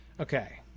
Okay